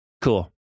Cool